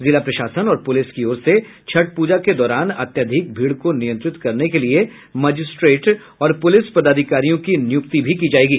जिला प्रशासन और पुलिस की ओर से छठ पूजा के दौरान अत्यधिक भीड़ को नियंत्रित करने के लिये मजिस्ट्रेट और पुलिस पदाधिकारियों की नियुक्ति भी की जायेगी